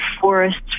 forests